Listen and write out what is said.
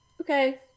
okay